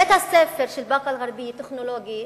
בית-הספר לטכנולוגיה